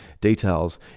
Details